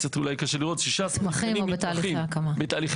קצת אולי קשה לראות, מוצמחים או בתהליכי הקמה.